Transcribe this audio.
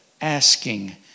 asking